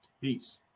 Peace